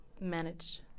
manage